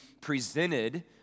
presented